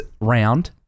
round